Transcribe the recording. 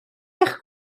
eich